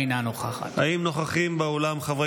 אינה נוכחת האם נוכחים באולם חברי